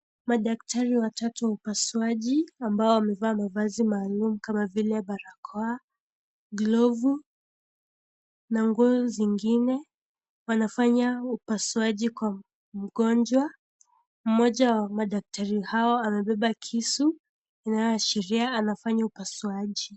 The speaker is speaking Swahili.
Madaktari watatu wa upasuaji ambao wamevaa mavazi maalum kama vile, barakoa, glovu na nguo zingine. Wanafanya upasuaji kwa mgonjwa. Mmoja wa madaktari hao, amebeba kisu inayoashiria anafanya upasuaji.